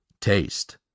Taste